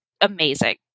amazing